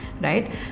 right